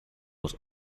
was